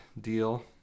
deal